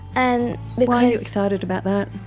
and why are you excited about that?